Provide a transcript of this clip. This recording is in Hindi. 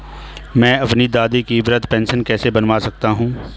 मैं अपनी दादी की वृद्ध पेंशन कैसे बनवा सकता हूँ?